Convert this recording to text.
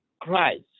Christ